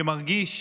שמרגיש